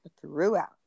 throughout